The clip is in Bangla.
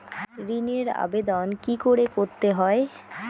ঋণের আবেদন কি করে করতে হয়?